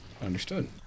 understood